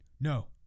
no